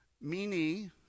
mini